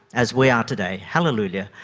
as we are today, hallelujah,